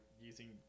using